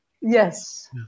Yes